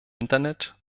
internet